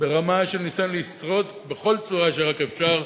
ברמה של ניסיון לשרוד בכל צורה שרק אפשר,